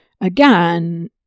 again